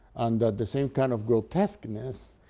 and that the same kind of grotesqueness